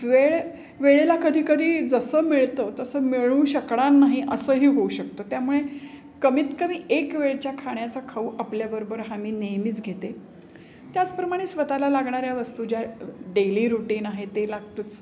वेळ वेळेला कधीकधी जसं मिळतं तसं मिळू शकणार नाही असंही होऊ शकतं त्यामुळे कमीत कमी एक वेळच्या खाण्याचा खाऊ आपल्याबरोबर हा मी नेहमीच घेते त्याचप्रमाणे स्वतःला लागणाऱ्या वस्तू ज्या डेली रुटीन आहे ते लागतंच